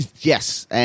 Yes